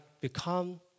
become